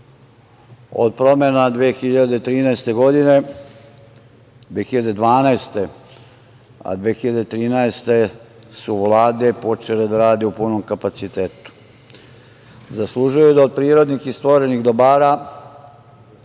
od promena 2012., a 2013, su Vlade počele da rade u punom kapacitetu, zaslužuju da od prirodnih i stvorenih dobara,